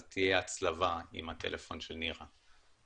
אז תהיה הצלבה עם הטלפון של נירה.